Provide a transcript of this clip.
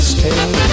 Stay